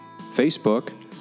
Facebook